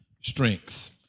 strength